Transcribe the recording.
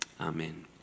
Amen